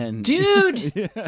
Dude